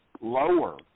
lower